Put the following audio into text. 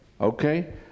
Okay